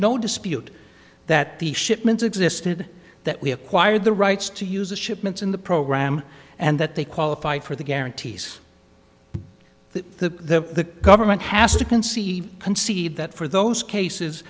no dispute that the shipments existed that we acquired the rights to use the shipments in the program and that they qualify for the guarantees that the government has to conceive concede that for those cases